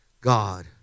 God